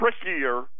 trickier